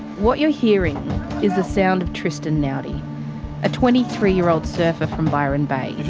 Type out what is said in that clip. what you're hearing is the sound of tristan naudi a twenty three year old surfer from byron bay.